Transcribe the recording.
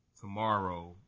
tomorrow